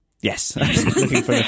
Yes